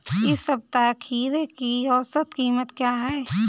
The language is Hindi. इस सप्ताह खीरे की औसत कीमत क्या है?